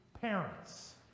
parents